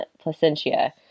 Placentia